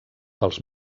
pels